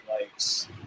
likes